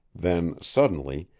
then, suddenly,